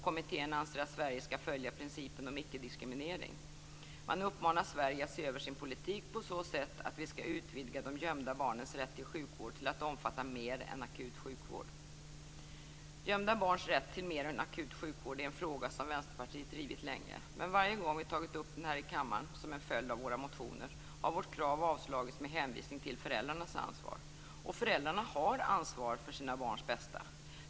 Kommittén anser att Sverige skall följa principen om icke-diskriminering. Man uppmanar Sverige att se över sin politik på så sätt att vi skall utvidga de gömda barnens rätt till sjukvård till att omfatta mer än akut sjukvård. Gömda barns rätt till mer än akut sjukvård är en fråga som Vänsterpartiet drivit länge. Men varje gång vi tagit upp den här i kammaren som en följd av våra motioner har vårt krav avslagits med hänvisning till föräldrarnas ansvar - och föräldrarna har ansvar för sina barns bästa.